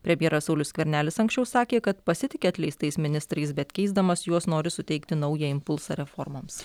premjeras saulius skvernelis anksčiau sakė kad pasitiki atleistais ministrais bet keisdamas juos nori suteikti naują impulsą reformoms